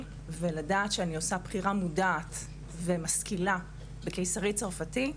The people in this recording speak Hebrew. ולגעת שאני עשוה בחירה מודעת ומשכילה בקיסרי צרפתי,